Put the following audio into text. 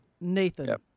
Nathan